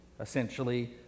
Essentially